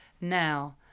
now